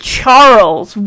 Charles